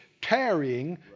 tarrying